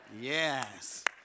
Yes